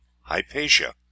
Hypatia